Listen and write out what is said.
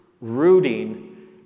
rooting